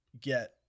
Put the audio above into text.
get